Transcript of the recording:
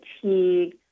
fatigue